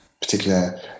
particular